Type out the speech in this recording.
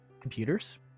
computers